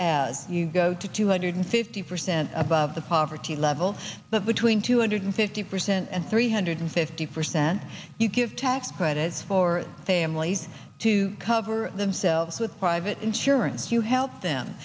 as you go to two hundred fifty percent above the poverty level but between two hundred fifty percent and three hundred fifty percent you give tax credits for families to cover themselves with private insurance you help them